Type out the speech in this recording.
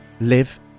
live